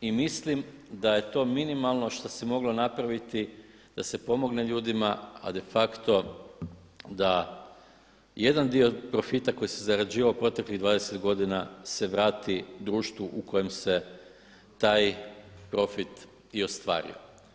I mislim da je to minimalno što se moglo napraviti da se pomogne ljudima a de facto da jedan dio profita koji se zarađivao proteklih 20 godina se vrati društvu u kojem se taj profit i ostvario.